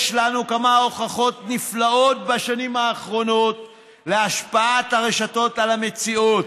יש לנו כמה הוכחות נפלאות בשנים האחרונות להשפעת הרשתות על המציאות,